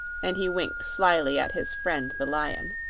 and he winked slyly at his friend the lion.